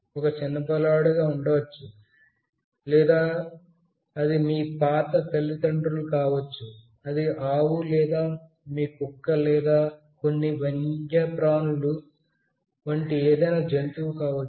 ఒక చిన్న పిల్లవాడిగా ఉండవచ్చు లేదా అది మీ వృద్ధ తల్లిదండ్రులు కావచ్చు అది ఆవు లేదా మీ కుక్క లేదా కొన్ని వన్యప్రాణులు వంటి ఏదైనా జంతువు కావచ్చు